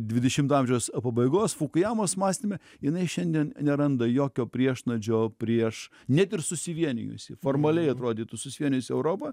dvidešimto amžiaus pabaigos fukujamos mąstyme jinai šiandien neranda jokio priešnuodžio prieš net ir susivienijusi formaliai atrodytų susivienijusi europa